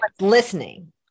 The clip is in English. listening